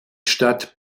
stadt